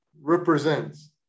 represents